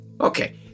Okay